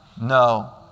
no